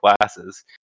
glasses